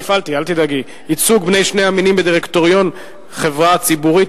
(ייצוג בני שני המינים בדירקטוריון חברה ציבורית),